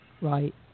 right